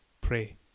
pray